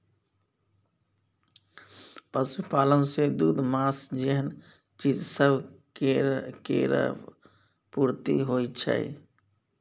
पशुपालन सँ दूध, माँस जेहन चीज सब केर पूर्ति होइ छै